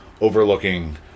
overlooking